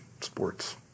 sports